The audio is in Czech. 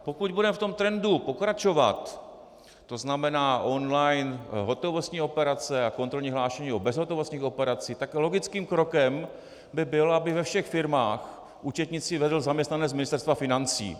Pokud budeme v tom trendu pokračovat, to znamená online hotovostní operace a kontrolní hlášení o bezhotovostních operacích, tak logickým krokem by bylo, aby ve všech firmách účetnictví vedl zaměstnanec Ministerstva financí.